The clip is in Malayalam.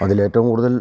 അതിലേറ്റവും കൂടുതൽ